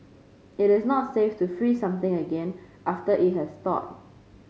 it is not safe to freeze something again after it has thawed